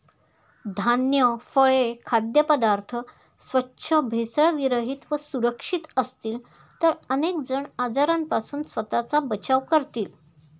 धान्य, फळे, खाद्यपदार्थ स्वच्छ, भेसळविरहित व सुरक्षित असतील तर अनेक जण आजारांपासून स्वतःचा बचाव करतील